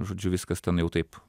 žodžiu viskas ten jau taip